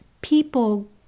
people